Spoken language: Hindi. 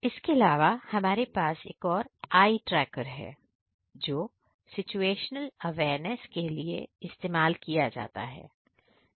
इसके अलावा हमारे पास एक आई ट्रैकर है जो सिचुएशनल अवेयरनेस के लिए इस्तेमाल किया जाता है